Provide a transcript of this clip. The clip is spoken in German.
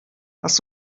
hast